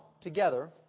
together